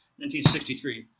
1963